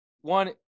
one